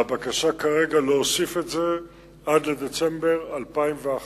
והבקשה כרגע להוסיף את זה עד לדצמבר 2011,